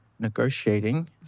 negotiating